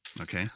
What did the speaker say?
okay